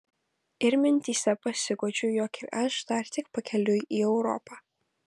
ir mintyse pasiguodžiu jog ir aš dar tik pakeliui į europą